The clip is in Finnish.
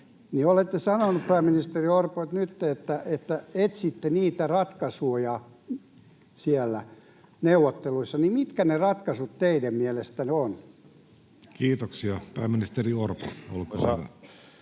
Olette sanonut, pääministeri Orpo, että etsitte niitä ratkaisuja siellä neuvotteluissa. Mitkä ne ratkaisut teidän mielestänne ovat? [Vasemmistoliiton ryhmästä: